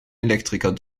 elektriker